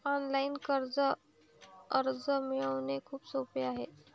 online कर्ज अर्ज मिळवणे खूप सोपे आहे